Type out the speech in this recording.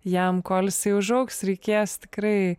jam kol jisai užaugs reikės tikrai